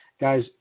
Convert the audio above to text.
guys